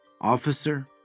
officer